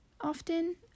often